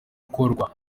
ikorwa